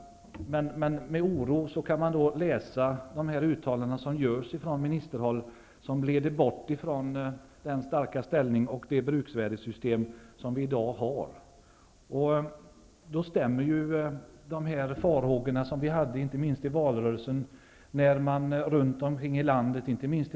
Med oro läser man de uttalanden som görs från ministerhåll och som leder bort från hyresgästernas starka ställning och det bruksvärdessystem som vi har i dag. Det stämmer överens med de farhågor som vi hade inte minst i valrörelsen.